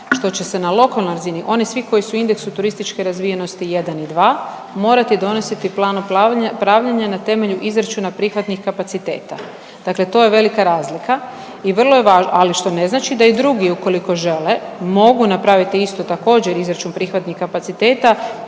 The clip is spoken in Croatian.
što će se na lokalnoj razini, oni svi koji su u indeksu turističke razvijenosti 1 i 2 morati donositi plan upravljanja na temelju izračuna prihvatnih kapaciteta. Dakle to je velika razlika i vrlo je važno. Ali što ne znači da i drugi ukoliko žele mogu napraviti isto također izračun prihvatnih kapaciteta.